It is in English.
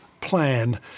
plan